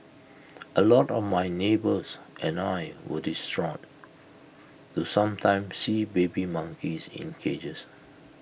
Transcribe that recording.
A lot of my neighbours and I were distraught to sometimes see baby monkeys in cages